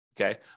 okay